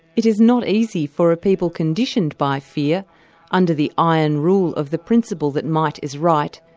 it is not easy for a people conditioned by fear under the iron rule of the principle that might is right,